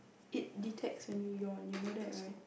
it detects when you yawn you know that right